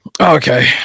okay